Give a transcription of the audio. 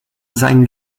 sein